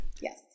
Yes